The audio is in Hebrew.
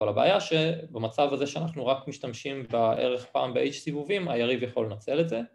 ‫אבל הבעיה שבמצב הזה שאנחנו ‫רק משתמשים בערך פעם ב-H סיבובים, ‫היריב יכול לנצל את זה.